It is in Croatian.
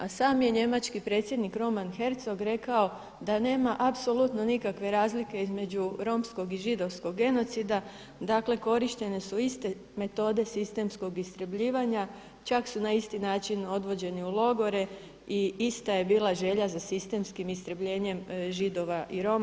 A sam je njemački predsjednik Roman Herzog rekao da nema apsolutno nikakve razlike između romskog i židovskog genocida, dakle korištene su iste metode sistemskog istrebljivanja, čak su na isti način odvođeni u logore i ista je bila želja za sistemskim istrebljenjem Židova i Roma.